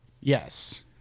Yes